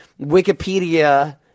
wikipedia